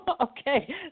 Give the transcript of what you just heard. Okay